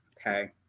Okay